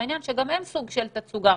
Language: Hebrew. שגם הם סוג של תצוגה.